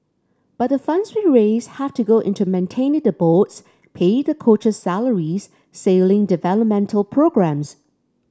but the funds we raise have to go into maintaining the boats pay the coaches salaries sailing developmental programmes